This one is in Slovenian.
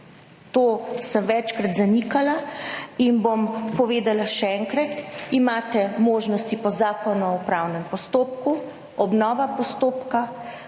To sem večkrat zanikala in bom povedala še enkrat. Imate možnosti po Zakonu o upravnem postopku, obnova postopka,